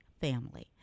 family